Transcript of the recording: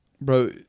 Bro